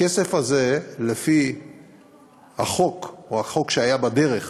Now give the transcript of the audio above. הכסף הזה, לפי החוק, או החוק שהיה בדרך,